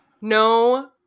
No